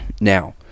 Now